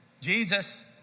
Jesus